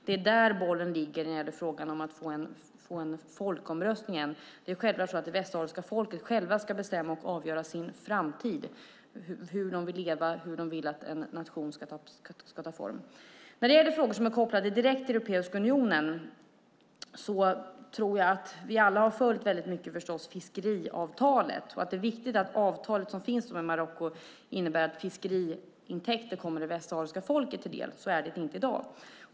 Det är där bollen ligger när det gäller frågan om att få en folkomröstning. Det är självklart att det västsahariska folket självt ska bestämma och avgöra sin framtid, hur de vill leva och hur de vill att en nation ska ta form. När det gäller frågor som är kopplade direkt till Europeiska unionen tror jag att vi alla har följt fiskeavtalet och vet att det avtal som finns med Marocko innebär att fiskeintäkter ska komma det västsahariska folket till del. Så är det inte i dag.